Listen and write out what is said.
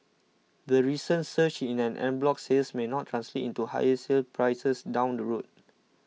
the recent surge in an en bloc sales may not translate into higher sale prices down the road